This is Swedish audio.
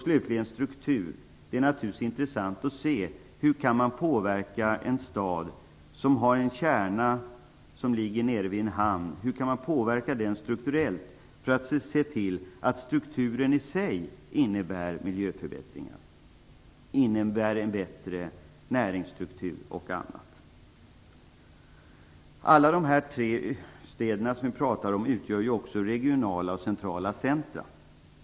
Slutligen är det naturligtvis intressant att se hur man strukturellt kan påverka en stad som har sin kärna vid en hamn på ett sådant sätt att strukturen i sig innebär bl.a. miljöförbättringar och en bättre näringsstruktur. Alla de här tre städerna utgör också regionala och centrala centrum.